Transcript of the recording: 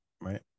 right